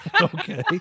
Okay